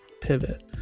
pivot